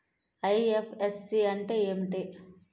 IFSC అంటే ఏమిటి?